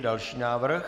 Další návrh?